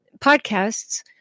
podcasts